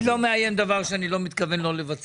אני לא מאיים על דבר שאני לא מתכוון לא לבצע.